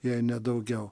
jei ne daugiau